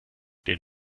den